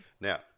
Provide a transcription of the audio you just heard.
Now